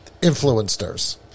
influencers